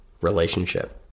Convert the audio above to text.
relationship